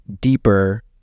deeper